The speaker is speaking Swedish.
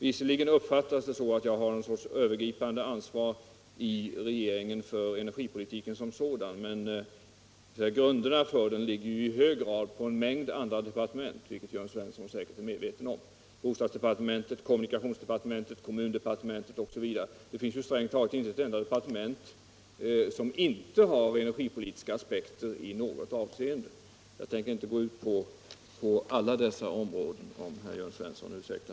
Visserligen uppfattas det som om jag har ett övergripande ansvar i regeringen för energipolitiken som sådan, men mycket av den ligger på en mängd andra département - vilket Jörn Svensson säkert är medveten om: bostadsdepartementet, kommunikationsdepartementet, kommundepartementet osv. Det finns strängt taget inte ett enda departement som inte sysslar med energipolitiska aspekter i något avseende. Jag tänker inte gå in på alla dessa områden, om herr Jörn Svensson ursäktar.